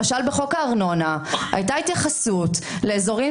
למשל בחוק הארנונה הייתה התייחסות לאזורים